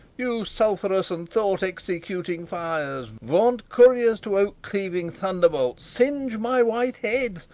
you sulphurous and thought-executing fires, vaunt couriers to oak-cleaving thunderbolts, singe my white head!